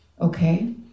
Okay